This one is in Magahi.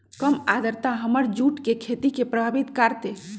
कम आद्रता हमर जुट के खेती के प्रभावित कारतै?